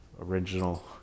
original